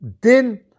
din